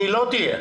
היא לא תהיה,